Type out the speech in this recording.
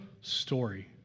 story